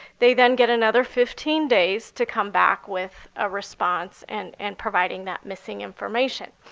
they then get another fifteen days to come back with a response and and providing that missing information.